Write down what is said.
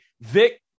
Vic